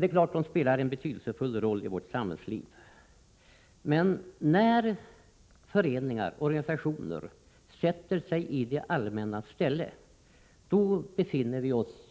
Det är klart att dessa spelar en betydelsefull roll i vårt samhällsliv, men när föreningar och organisationer sätter sig i det allmännas ställe, då befinner vi oss